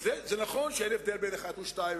נכון שאין הבדל בין אחד לשניים,